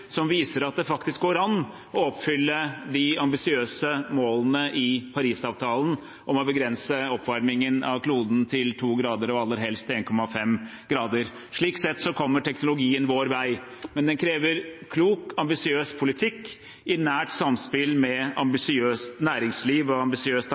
som viser at det faktisk går an å oppfylle de ambisiøse målene i Parisavtalen om å begrense oppvarmingen av kloden til 2 grader, aller helst 1,5 grader. Slik sett går teknologien vår vei, men den krever en klok, ambisiøs politikk i nært samspill med et ambisiøst næringsliv og et